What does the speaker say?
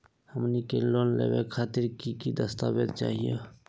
हमनी के लोन लेवे खातीर की की दस्तावेज चाहीयो?